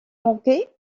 manqué